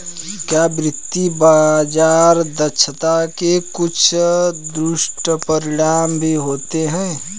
क्या वित्तीय बाजार दक्षता के कुछ दुष्परिणाम भी होते हैं?